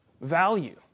value